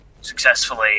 successfully